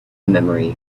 memory